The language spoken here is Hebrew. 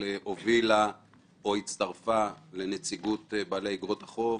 הובילה או הצטרפה לנציגות בעלי אגרות חוב,